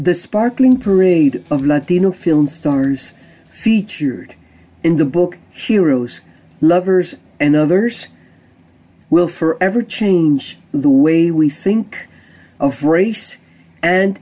the sparkling parade of latino field stars featured in the book heroes lovers and others will forever change the way we think of race and